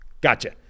Gotcha